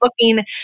looking